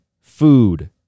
food